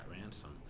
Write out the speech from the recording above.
ransom